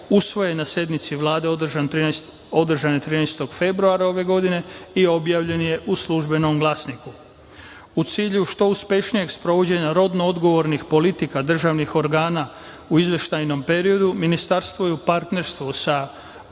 usvojen na sednici Vlade, održane 13. februara ove godine i objavljen je u službenom glasniku.U cilju što uspešnijeg sprovođenja rodno odgovornih politika državnih organa u izveštajnom periodu, ministarstvo je u partnerstvu sa